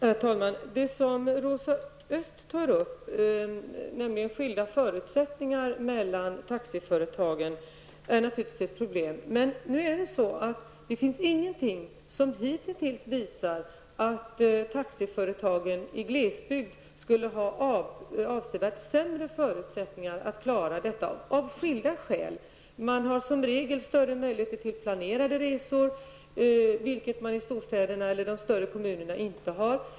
Herr talman! Det som Rosa Östh tar upp, nämligen skilda förutsättningar mellan taxiföretagen, är naturligtvis ett problem. Men det finns ingenting som hittills visar att taxiföretagen i glesbygd skulle ha avsevärt sämre förutsättningar att klara detta av olika skäl. Man har som regel större möjligheter till planerade resor, vilket man inte har i storstäderna eller de större kommunerna.